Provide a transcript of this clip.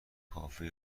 کافه